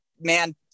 man